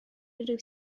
unrhyw